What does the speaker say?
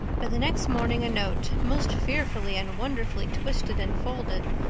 but the next morning a note most fearfully and wonderfully twisted and folded,